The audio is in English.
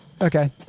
Okay